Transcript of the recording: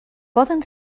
poden